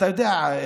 אתה יודע,